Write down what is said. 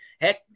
Heck